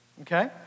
Okay